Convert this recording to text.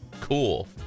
Cool